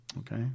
Okay